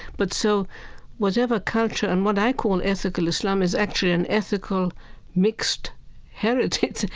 but so whatever culture and what i call ethical islam is actually an ethical mixed heritage.